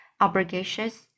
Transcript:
obligations